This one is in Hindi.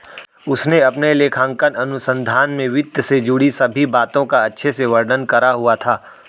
उसने अपने लेखांकन अनुसंधान में वित्त से जुड़ी सभी बातों का अच्छे से वर्णन करा हुआ था